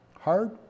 Hard